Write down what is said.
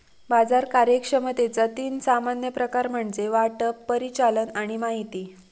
बाजार कार्यक्षमतेचा तीन सामान्य प्रकार म्हणजे वाटप, परिचालन आणि माहिती